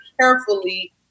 carefully